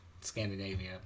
Scandinavia